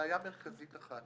לבעיה מרכזית אחת: